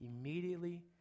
Immediately